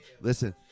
Listen